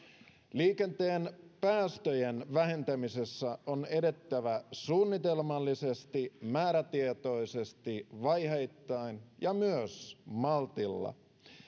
liikenteen päästöjen vähentämisessä on edettävä suunnitelmallisesti määrätietoisesti vaiheittain ja myös maltilla